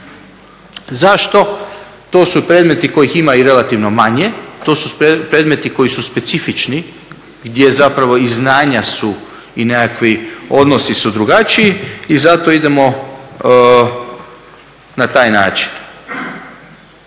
Zašto? To su predmeti kojih ima i relativno manje, to su predmeti koji su specifični, gdje zapravo i znanja su i nekakvi odnosi su drugačiji i zato idemo na taj način.